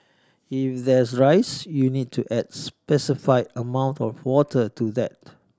if there's rice you need to adds specifie amount of water to that